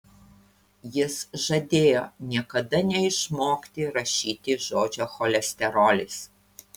jis žadėjo niekada neišmokti rašyti žodžio cholesterolis